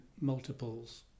multiples